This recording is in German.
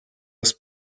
das